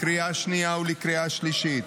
לקריאה השנייה ולקריאה השלישית.